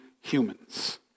humans